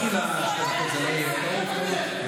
יש תגובה, לא להפריע, לא להפריע.